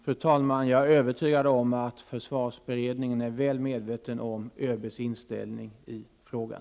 Fru talman! Jag är övertygad om att försvarsberedningen är väl medveten om ÖBs inställning i frågan.